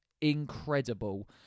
incredible